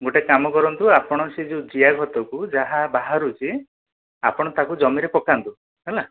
ଗୋଟେ କାମ କରନ୍ତୁ ଆପଣ ସେ ଯେଉଁ ଜିଆ ଖତକୁ ଯାହା ବାହାରୁଛି ଆପଣ ତାକୁ ଜମିରେ ପକାନ୍ତୁ ହେଲା